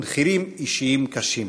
ומחיר אישי וקשה.